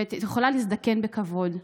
ואת יכולה להזדקן בכבוד.